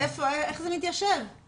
הזכירו גם חוקים שהכנסת חוקקה,